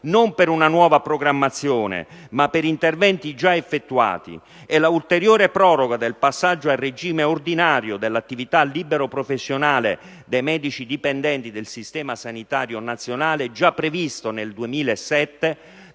non per una nuova programmazione ma per interventi già effettuati, e con l'ulteriore proroga del passaggio a regime ordinario dell'attività libero-professionale dei medici dipendenti del Servizio sanitario nazionale, già previsto nel 2007,